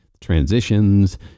transitions